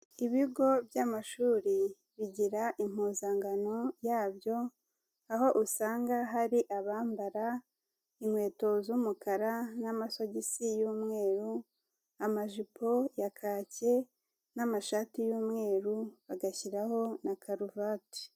Ibigo by'amashuri bigira impuzankano yabyo, aho usanga hari abambara inkweto z'umukara n'amasogisi y'umweru, amajipo ya kaki n'amashati y'umweru bagashyiraho na karuvati.